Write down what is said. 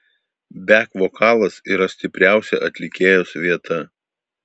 bek vokalas yra stipriausia atlikėjos vieta